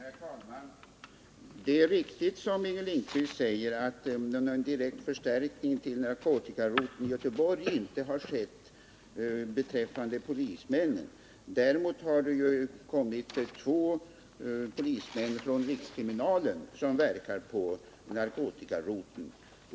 Herr talman! Det är riktigt, som Inger Lindquist säger, att någon direkt förstärkning inte har skett beträffande polismanstjänsterna vid narkotikaroteln i Göteborg. Däremot är två polismän från rikskriminalen verksamma på narkotikaroteln.